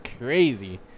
crazy